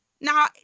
Now